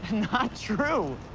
not true.